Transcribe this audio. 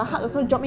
turbulence